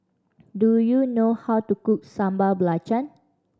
do you know how to cook Sambal Belacan